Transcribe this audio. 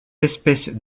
espèces